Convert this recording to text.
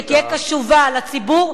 שתהיה קשובה לציבור,